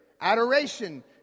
adoration